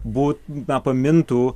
būt na pamintų